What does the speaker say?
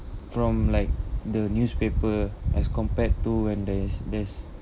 from like the newspaper as compared to when there's there's